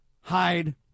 hide